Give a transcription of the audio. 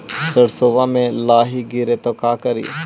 सरसो मे लाहि गिरे तो का करि?